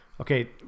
Okay